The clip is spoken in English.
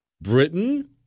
Britain